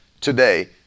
today